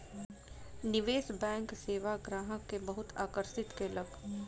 निवेश बैंक सेवा ग्राहक के बहुत आकर्षित केलक